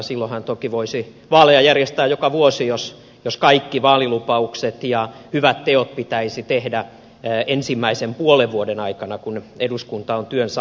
silloinhan toki voisi vaaleja järjestää joka vuosi jos kaikki vaalilupaukset ja hyvät teot pitäisi tehdä ensimmäisen puolen vuoden aikana kun eduskunta on työnsä aloittanut